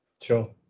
sure